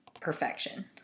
perfection